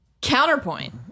counterpoint